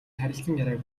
харилцааг